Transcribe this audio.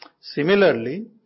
Similarly